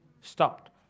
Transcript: stopped